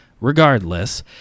Regardless